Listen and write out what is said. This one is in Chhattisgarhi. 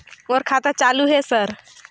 मोर खाता चालु हे सर?